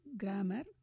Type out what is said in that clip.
grammar